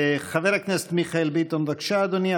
חבר הכנסת מיכאל ביטון, בבקשה, אדוני.